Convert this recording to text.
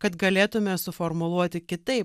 kad galėtume suformuluoti kitaip